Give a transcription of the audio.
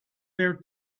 their